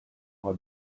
how